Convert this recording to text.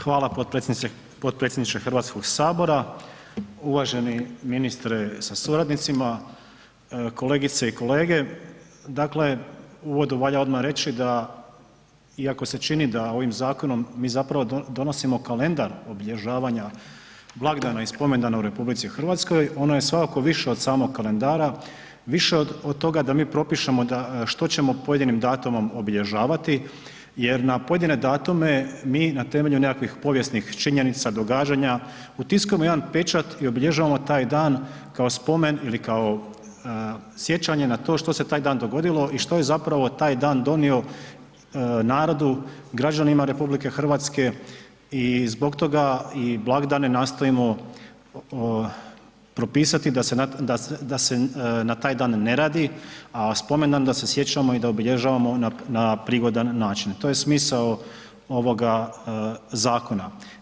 Hvala potpredsjedniče HS, uvaženi ministre sa suradnicima, kolegice i kolege, dakle u uvodu valja oda reći da iako se čini da ovim zakonom mi zapravo donosimo kalendar obilježavanja blagdana i spomendana u RH, ono je svakako više od samog kalendara, više od, od toga da mi propišemo da što ćemo pojedinim datumom obilježavati jer na pojedine datume mi na temelju nekakvih povijesnih činjenica, događanja, utiskujemo jedan pečat i obilježavamo taj dan kao spomen ili kao sjećanje na to što se taj dan dogodilo i što je zapravo taj dan donio narodu, građanima RH i zbog toga i blagdane nastojimo propisati da se na, da se, da se na taj dan ne radi, a spomendan da se sjećamo i da obilježavamo na, na prigodan način, to je smisao ovoga zakona.